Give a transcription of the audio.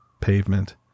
pavement